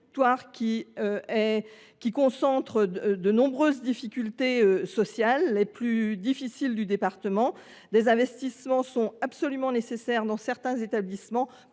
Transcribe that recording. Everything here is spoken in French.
ci concentre de nombreuses difficultés sociales, les plus aiguës du département. Des investissements sont absolument nécessaires dans certains établissements